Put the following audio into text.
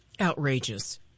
Outrageous